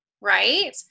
Right